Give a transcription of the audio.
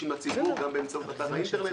גם באמצעות אתר האינטרנט,